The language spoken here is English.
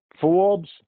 Forbes